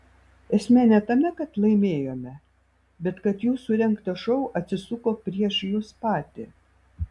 esmė ne tame kad laimėjome bet kad jūsų rengtas šou atsisuko prieš jus patį